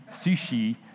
sushi